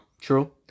True